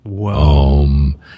om